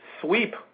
sweep